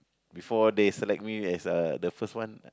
before they select me as the first one